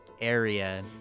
Area